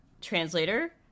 translator